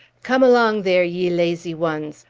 come along there, ye lazy ones!